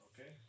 okay